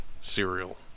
cereal